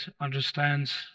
understands